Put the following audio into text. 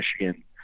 michigan